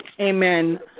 Amen